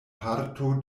parto